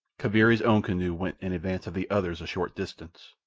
kaviri's own canoe went in advance of the others a short distance,